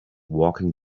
walking